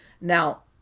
Now